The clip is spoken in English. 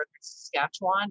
Saskatchewan